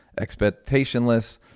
expectationless